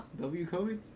W-COVID